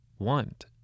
want